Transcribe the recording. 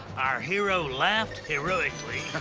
our hero laughed heroically.